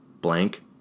blank